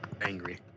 Angry